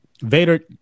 Vader